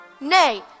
Nay